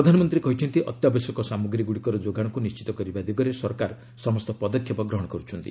ପ୍ରଧାନମନ୍ତ୍ରୀ କହିଛନ୍ତି ଅତ୍ୟାବଶ୍ୟକ ସାମଗ୍ରୀଗୁଡ଼ିକର ଯୋଗାଣକୁ ନିଶ୍ଚିତ କିରବା ଦିଗରେ ସରକାର ସମସ୍ତ ପଦକ୍ଷେପ ଗ୍ରହଣ କରୁଛନ୍ତି